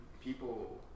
people